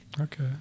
Okay